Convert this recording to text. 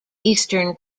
eastern